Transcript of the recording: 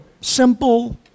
simple